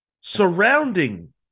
surrounding